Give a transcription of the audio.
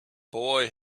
boy